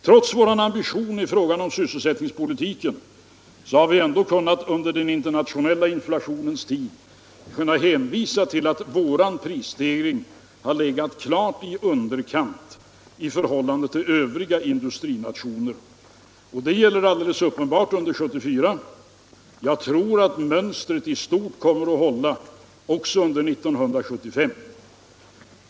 Trots vår ambition i fråga om sysselsättningspolitiken har vi ändå under denna internationella inflationstid kunnat hänvisa till att vår prisstegring har legat klart i underkant i förhållande till övriga industrinationers. Det gällde alldeles uppenbart under 1974, och jag tror att mönstret i stort sett kommer att hålla också under 1975.